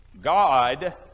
God